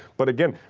but again,